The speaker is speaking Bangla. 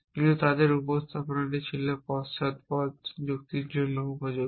কিন্তু তাদের উপস্থাপনাটি ছিল পশ্চাদপদ যুক্তির জন্য উপযোগী